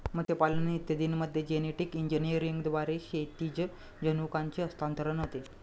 मत्स्यपालन इत्यादींमध्ये जेनेटिक इंजिनिअरिंगद्वारे क्षैतिज जनुकांचे हस्तांतरण होते